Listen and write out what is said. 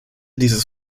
dieses